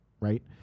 right